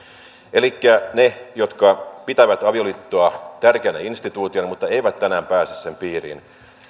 elikkä ne jotka pitävät avioliittoa tärkeänä instituutiona mutta eivät tänään pääse sen piiriin